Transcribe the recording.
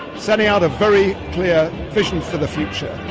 setting out a very clear vision for the future,